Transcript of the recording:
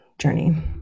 journey